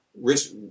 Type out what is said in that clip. risk